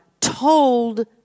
told